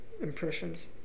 impressions